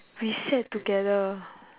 we sat together